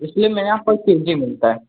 इसलिए मेरे यहाँ पर के जी मिलता है